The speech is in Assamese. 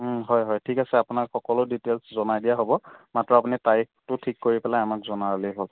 হয় হয় ঠিক আছে আপোনাক সকলো ডিটেইলছ জনাই দিয়া হ'ব মাত্ৰ আপুনি তাৰিখটো ঠিক কৰি পেলাই আমাক জনালেই হ'ল